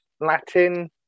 Latin